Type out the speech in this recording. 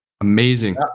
Amazing